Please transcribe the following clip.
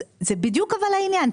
אז זה בדיוק העניין,